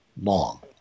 long